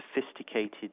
sophisticated